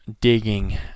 digging